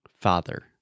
Father